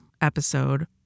episode